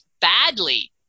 badly